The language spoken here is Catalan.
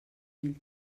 mil